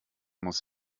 muss